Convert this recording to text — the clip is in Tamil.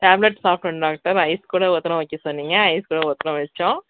டேப்லட் சாப்பிட்டோம் டாக்டர் ஐஸ்க்கூட ஒத்தரம் வைக்க சொன்னீங்க ஐஸ்க்கூட ஒத்தரம் வச்சோம்